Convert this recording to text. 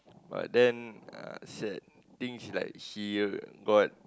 but then uh sad thing she like she got